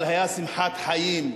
אבל היתה שמחת חיים,